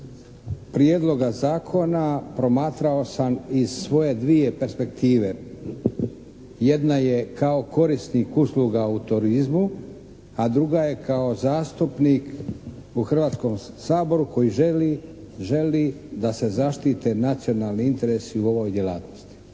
prijedloga zakona promatrao sam iz svoje dvije perspektive. Jedna je kao korisnik usluga u turizmu, a druga je kao zastupnik u Hrvatskom saboru koji želi da se zaštite nacionalni interesi u ovoj djelatnosti